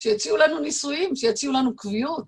שיציעו לנו ניסויים, שיציעו לנו קביעות.